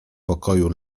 pokoju